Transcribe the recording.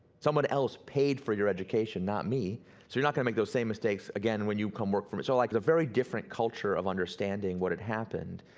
someone else paid for your education, not me, so you're not gonna make those same mistakes again when you come work for me. so like a very different culture of understanding what had happened,